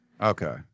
Okay